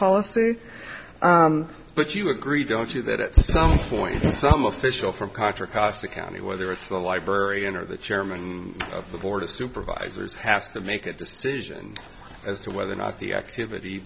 policy but you agree don't you that at some point some official from contra costa county whether it's the librarian or the chairman of the board of supervisors hast of make a decision as to whether or not the activity